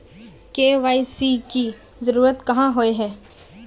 KYC की जरूरत क्याँ होय है?